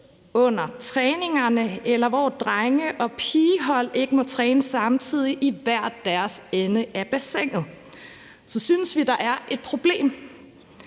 under træningerne, eller at drenge- og pigehold ikke må træne samtidig i hver deres ende af bassinet, så synes vi, der er et problem.